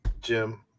Jim